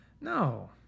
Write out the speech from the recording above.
No